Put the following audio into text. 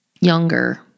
younger